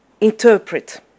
interpret